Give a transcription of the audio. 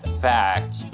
fact